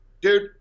dude